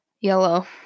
Yellow